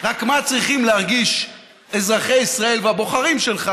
רק מה צריכים להרגיש אזרחי ישראל והבוחרים שלך